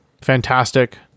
fantastic